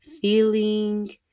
Feeling